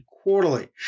quarterly